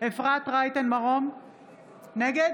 נגד